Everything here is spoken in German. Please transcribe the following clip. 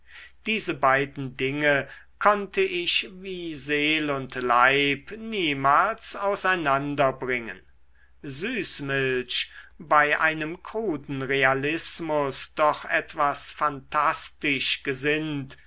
diese beiden dinge konnte ich wie seel und leib niemals auseinander bringen süßmilch bei einem kruden realismus doch etwas phantastisch gesinnt